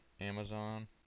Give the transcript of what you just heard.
Amazon